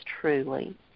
truly